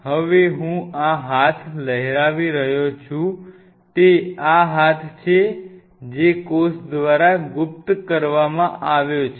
હવે હું આ હાથ લહેરાવી રહ્યો છું તે આ હાથ છે જે કોષ દ્વારા ગુપ્ત કરવામાં આવ્યો છે